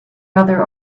other